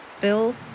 bill